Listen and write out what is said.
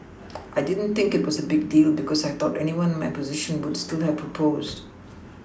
I didn't think it was a big deal because I thought anyone in my position would still have proposed